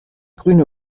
grüne